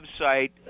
website